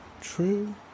true